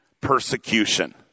Persecution